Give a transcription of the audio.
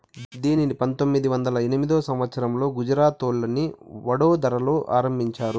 దీనిని పంతొమ్మిది వందల ఎనిమిదో సంవచ్చరంలో గుజరాత్లోని వడోదరలో ఆరంభించారు